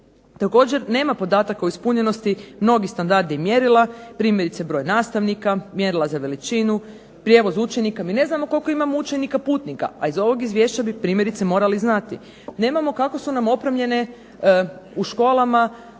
Također nema podataka o ispunjenosti, mnogi standardi i mjerila, primjerice broj nastavnika, mjerila za veličinu, prijevoz učenika, mi ne znamo koliko imamo učenika putnika, a iz ovog izvješća bi primjerice morali znati. Nemamo primjerice kako su nam opremljene u školama